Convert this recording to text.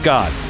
God